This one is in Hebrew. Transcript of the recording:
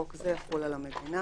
חוק זה יחול על המדינה.